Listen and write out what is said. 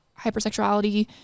hypersexuality